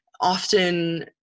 often